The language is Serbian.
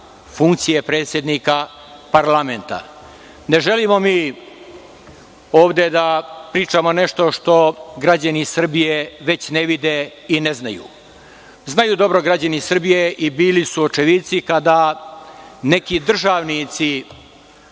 funkcije predsednika parlamenta. Ne želimo ovde da pričamo nešto što građani Srbije već ne vide i ne znaju. Znaju dobro građani Srbije i bili su očevici kada neki državnici